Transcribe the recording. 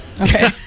Okay